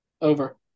over